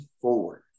forward